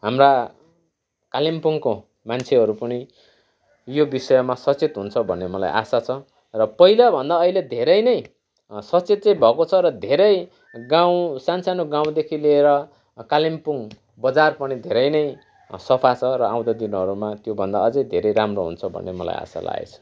हाम्रा कालिम्पोङको मान्छेहरू पनि यो विषयमा सचेत हुन्छ भन्ने मलाई आशा छ र पहिलाभन्दा अहिले धेरै नै सचेत चाहिँ भएको छ र धेरै गाउँ सानसानो गाउँदेखि लिएर कालिम्पोङ बजार पनि धेरै नै सफा छ र आउँदो दिनहरूमा त्योभन्दा अझ धेरै राम्रो हुन्छ भन्ने मलाई आशा लागेको छ